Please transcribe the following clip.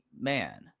man